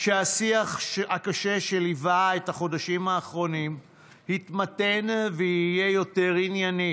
שהשיח הקשה שליווה את החודשים האחרונים יתמתן ויהיה יותר ענייני,